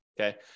okay